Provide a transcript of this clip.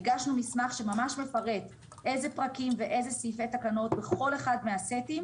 הגשנו מסמך שממש מפרט איזה פרקים ואיזה סעיפי תקנות בכל אחד מהסטים,